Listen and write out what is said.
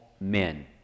men